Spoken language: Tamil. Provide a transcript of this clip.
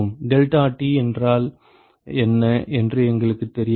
டெல்டாடி என்றால் என்ன என்று எங்களுக்குத் தெரியாது